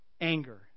anger